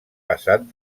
passat